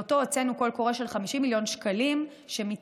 שבמסגרתה הוצאנו קול קורא של 50 מיליון שקלים שמתמקד